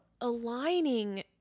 aligning